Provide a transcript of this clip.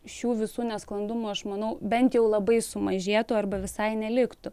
šių visų nesklandumų aš manau bent jau labai sumažėtų arba visai neliktų